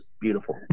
beautiful